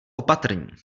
opatrní